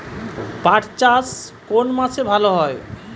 পাট চাষ কোন মাসে ভালো হয়?